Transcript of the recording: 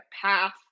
path